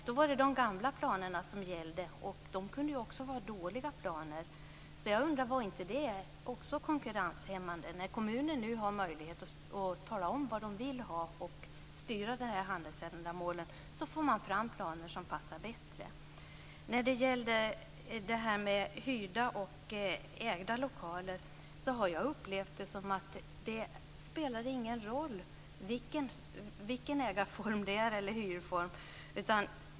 Då fick de gamla planerna gälla, och de kunde vara dåliga. Jag undrar om inte också det kunde vara konkurrenshämmande. När kommunen nu har möjligheter att tala om vad den vill ha och styra handelsändamålen får man fram planer som passar bättre. När det gäller hyrda och ägda lokaler har jag upplevt att det inte spelar någon roll vilken typ av lokal som det gäller.